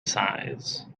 size